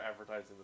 advertising